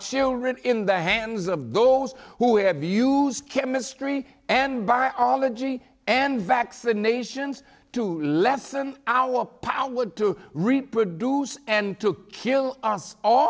children in the hands of those who have used chemistry and bar ology and vaccinations to lessen our power to reproduce and to kill us